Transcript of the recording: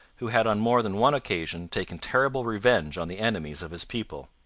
who had on more than one occasion taken terrible revenge on the enemies of his people.